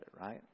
right